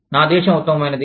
నా దేశం ఉత్తమమైనది